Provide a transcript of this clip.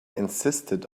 insisted